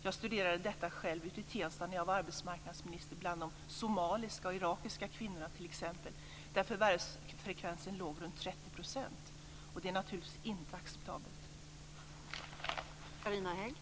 Jag studerade själv detta ute i Tensta när jag var arbetsmarknadsminister. Bl.a. gällde det de somaliska och irakiska kvinnorna. Där låg förvärvsfrekvensen runt 30 %. Det är naturligtvis inte acceptabelt.